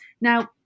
Now